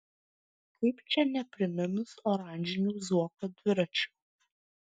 kaip čia nepriminus oranžinių zuoko dviračių